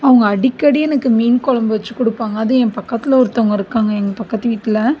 அவங்க அடிக்கடி எனக்கு மீன் கொழம்பு வச்சு கொடுப்பாங்க அதுவும் என் பக்கத்தில் ஒருத்தவங்க இருக்காங்க எங்கள் பக்கத்துக்கு வீட்டில்